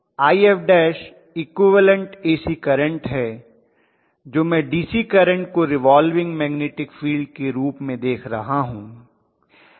If equivalent AC current है तो मैं DC करंट को रिवाल्विंग मैग्नेटिक फील्ड के रूप में देख रहा हूं